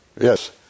Yes